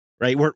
Right